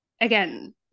again